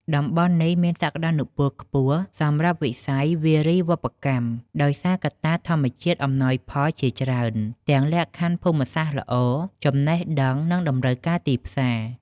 តំបន់នេះ មានសក្ដានុពលខ្ពស់សម្រាប់វិស័យវារីវប្បកម្មដោយសារកត្តាធម្មជាតិអំណោយផលជាច្រើន ទាំងលក្ខខណ្ឌភូមិសាស្ត្រល្អ ចំណេះដឹង និងតម្រូវការទីផ្សារ។